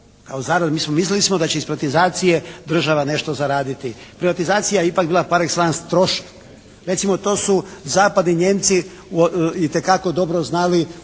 Mislili smo da će ih privatizacije država nešto zaraditi. Privatizacije je ipak bila par exellence trošak. Recimo to su zapadni Nijemci itekako dobro znači